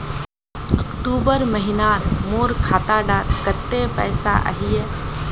अक्टूबर महीनात मोर खाता डात कत्ते पैसा अहिये?